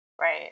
Right